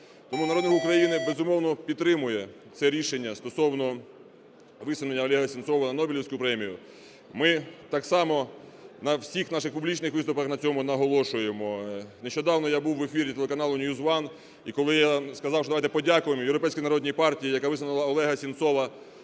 Тому народ України, безумовно, підтримує це рішення стосовно висунення Олега Сенцова на Нобелівську премію. Ми так само на всіх наших публічних виступах на цьому наголошуємо. Нещодавно я був у ефірі телеканалу NewsOne, і коли я сказав, що давайте подякуємо Європейській народній партії, яка висунула Олега Сенцова